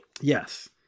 Yes